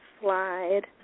slide